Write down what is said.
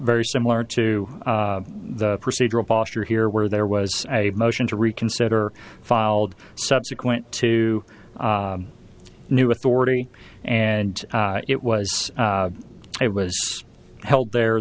very similar to the procedural posture here where there was a motion to reconsider filed subsequent to new authority and it was it was held there